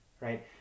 Right